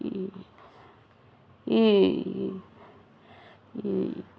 ఈ ఈ ఈ